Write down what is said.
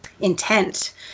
intent